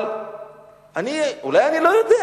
אבל אולי אני לא יודע,